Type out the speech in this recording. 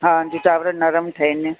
हा जीअं चांवरनि नरमु ठहनि